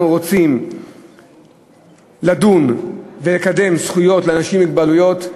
רוצים לדון ולקדם מתן זכויות לאנשים עם מוגבלות,